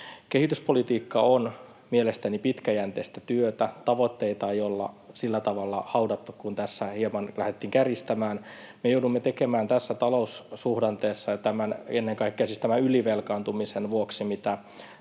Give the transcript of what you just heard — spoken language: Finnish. Kehityspolitiikka on mielestäni pitkäjänteistä työtä. Tavoitteita ei ole sillä tavalla haudattu kuin tässä hieman lähdettiin kärjistämään. Me joudumme tekemään tässä taloussuhdanteessa ja siis ennen kaikkea tämän ylivelkaantumisen vuoksi, mitä